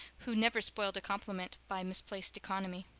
who never spoiled a compliment by misplaced economy.